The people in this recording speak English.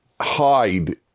hide